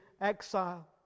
exile